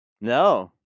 No